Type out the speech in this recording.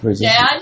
dad